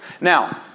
Now